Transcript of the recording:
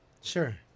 sure